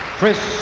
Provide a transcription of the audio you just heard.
Chris